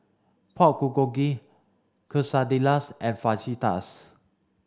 Pork Bulgogi Quesadillas and Fajitas